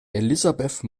elizabeth